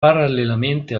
parallelamente